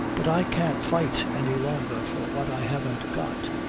but i can't fight any longer for what i haven't got.